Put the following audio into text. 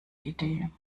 idee